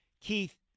Keith